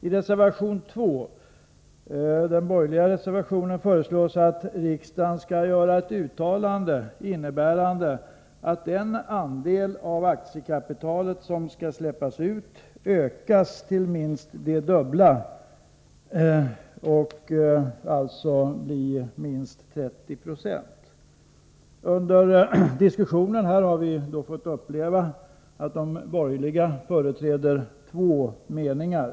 I reservation 2 från de borgerliga partierna föreslås att riksdagen skall göra ett uttalande innebärande att den andel av aktiekapitalet som skall släppas ut ökas till minst det dubbla och alltså blir minst 30 260. Under diskussionen i kammaren har vi fått uppleva att de borgerliga företräder två meningar.